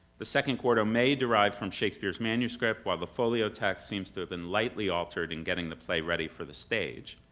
the second quarto may derive from shakespeare's manuscript, while the folio text seems to have been lightly altered in getting the play ready for the stage,